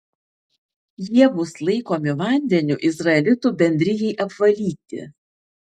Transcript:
jie bus laikomi vandeniu izraelitų bendrijai apvalyti